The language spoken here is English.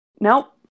Nope